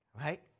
Right